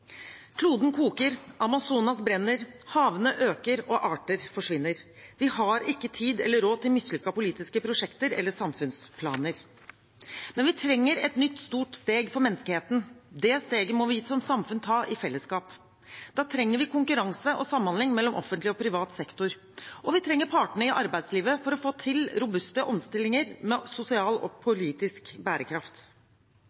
Kloden koker, Amazonas brenner, havene stiger og arter forsvinner. Vi har ikke tid eller råd til mislykkede politiske prosjekter eller samfunnsplaner. Men vi trenger et nytt, stort steg for menneskeheten. Det steget må vi som samfunn ta i fellesskap. Da trenger vi konkurranse og samhandling mellom offentlig og privat sektor, og vi trenger partene i arbeidslivet for å få til robuste omstillinger med sosial og